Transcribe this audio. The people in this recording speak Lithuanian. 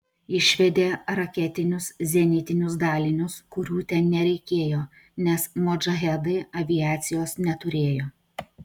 išvedė raketinius zenitinius dalinius kurių ten nereikėjo nes modžahedai aviacijos neturėjo